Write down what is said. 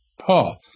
Paul